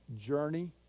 journey